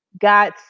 got